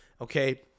okay